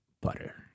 Butter